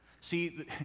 See